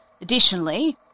Additionally